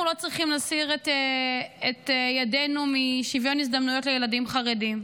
אנחנו לא צריכים להסיר את ידינו משוויון הזדמנויות לילדים חרדים.